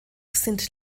sind